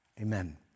amen